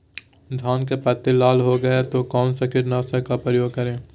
धान की पत्ती लाल हो गए तो कौन सा कीटनाशक का प्रयोग करें?